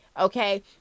okay